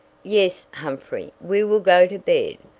yes, humphrey, we will go to bed,